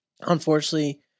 unfortunately